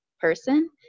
person